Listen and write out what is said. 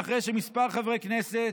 ואחרי שכמה חברי כנסת